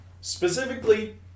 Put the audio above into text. specifically